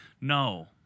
No